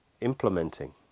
implementing